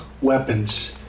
weapons